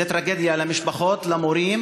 זאת טרגדיה למשפחות, למורים